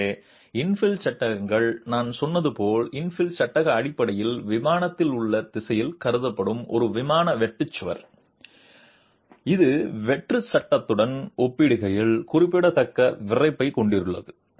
எனவே இன்ஃபில் சட்டககள் நான் சொன்னது போல் இன்ஃபில் சட்டகம் அடிப்படையில் விமானத்தில் உள்ள திசையில் கருதப்படும் ஒரு விமான வெட்டு சுவர் இது வெற்று சட்டத்துடன் ஒப்பிடுகையில் குறிப்பிடத்தக்க விறைப்பைக் கொண்டுள்ளது